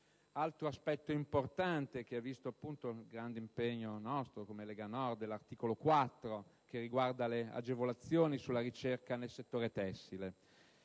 Altro aspetto importante, che ha visto un nostro grande impegno come Lega Nord, è l'articolo 4, che riguarda le agevolazioni sulla ricerca nel settore tessile.